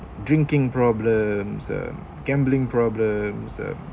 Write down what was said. drinking problems um gambling problems um